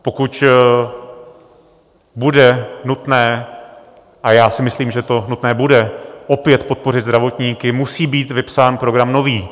Pokud bude nutné, a já si myslím, že to nutné bude, opět podpořit zdravotníky, musí být vypsán program nový.